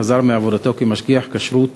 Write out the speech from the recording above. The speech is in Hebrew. חזר מעבודתו כמשגיח כשרות